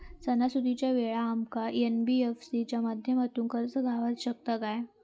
सणासुदीच्या वेळा आमका एन.बी.एफ.सी च्या माध्यमातून कर्ज गावात शकता काय?